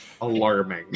alarming